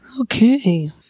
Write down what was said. Okay